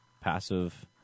passive